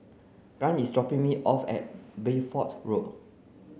Grant is dropping me off at Bedford Road